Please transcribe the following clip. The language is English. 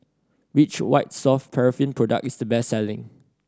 which White Soft Paraffin product is the best selling